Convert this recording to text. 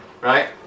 right